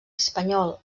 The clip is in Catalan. espanyol